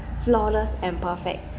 flawless and perfect